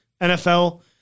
NFL